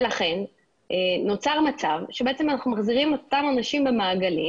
ולכן נוצר מצב שבעצם אנחנו מחזירים את אותם אנשים במעגלים